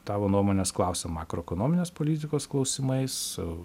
tavo nuomonės klausia makroekonominės politikos klausimais